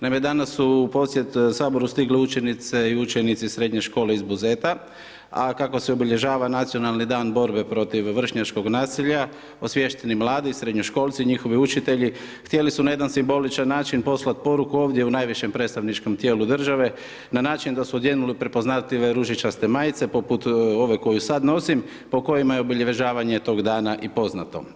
Naime, danas su u posjet Saboru stigle učenice i učenici srednje škole iz Buzeta, a kako se obilježava Nacionalni dan borbe protiv vršnjačkog nasilja, osviješteni mladi, srednjoškolci i njihovi učitelji htjeli su na jedan simboličan način poslati poruku ovdje u najvišem predstavničkom tijelu države na način da su odjenuli prepoznatljive ružičaste majice, poput ove koju sad nosim, po kojima je obilježavanje tog dana i poznato.